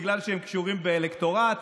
בגלל שהן קשורות באלקטורט,